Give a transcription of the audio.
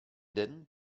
den